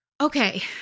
Okay